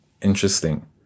interesting